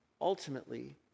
ultimately